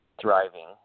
thriving